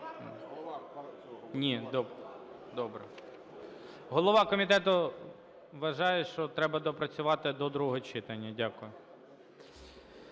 Голова комітету вважає, що треба доопрацювати до другого читання. Дякую.